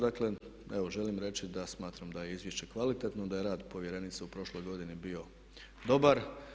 Dakle, evo želim reći da smatram da je izvješće kvalitetno, da je rad povjerenice u prošloj godini bio dobar.